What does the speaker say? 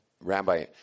Rabbi